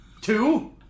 two